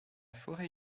forêt